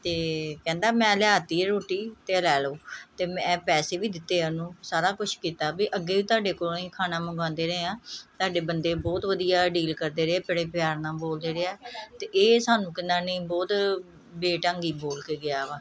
ਅਤੇ ਕਹਿੰਦਾ ਮੈਂ ਲਿਆਤੀ ਹੈ ਰੋਟੀ ਅਤੇ ਆਹ ਲੈ ਲਓ ਅਤੇ ਮੈਂ ਪੈਸੇ ਵੀ ਦਿੱਤੇ ਹੈ ਉਹਨੂੰ ਸਾਰਾ ਕੁਛ ਕੀਤਾ ਵੀ ਅੱਗੇ ਤੁਹਾਡੇ ਕੋਲੋਂ ਹੀ ਖਾਣਾ ਮੰਗਾਉਂਦੇ ਰਹੇ ਹਾਂ ਤੁਹਾਡੇ ਬੰਦੇ ਬਹੁਤ ਵਧੀਆ ਡੀਲ ਕਰਦੇ ਰਹੇ ਹੈ ਬੜੇ ਪਿਆਰ ਨਾਲ ਬੋਲਦੇ ਰਹੇ ਹੈ ਅਤੇ ਇਹ ਸਾਨੂੰ ਕਿੰਨਾ ਨਹੀਂ ਬਹੁਤ ਬੇਢੰਗੀ ਬੋਲ ਕੇ ਗਿਆ ਵਾ